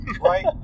right